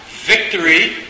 victory